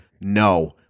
No